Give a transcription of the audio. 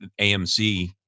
AMC